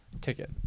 ticket